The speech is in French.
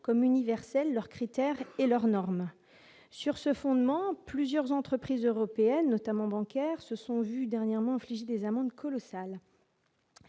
comme universelles leurs critères et leurs normes sur ce fondement, plusieurs entreprises européennes, notamment bancaires se sont vus dernièrement infliger des amendes colossales.